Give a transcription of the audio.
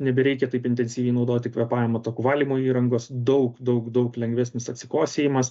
nebereikia taip intensyviai naudoti kvėpavimo takų valymo įrangos daug daug daug lengvesnis atsikosėjimas